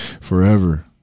forever